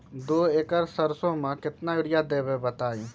दो एकड़ सरसो म केतना यूरिया देब बताई?